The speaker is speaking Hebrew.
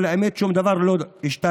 אבל האמת היא ששום דבר לא השתנה.